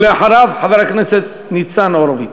ואחריו, חבר הכנסת ניצן הורוביץ.